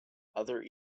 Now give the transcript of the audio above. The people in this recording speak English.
other